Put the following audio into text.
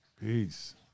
Peace